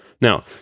Now